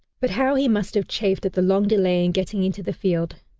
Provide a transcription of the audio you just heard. but how he must have chafed at the long delay in getting into the field.